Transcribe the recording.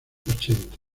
ochenta